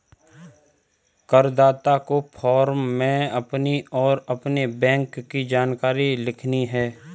करदाता को फॉर्म में अपनी और अपने बैंक की जानकारी लिखनी है